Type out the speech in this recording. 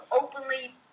openly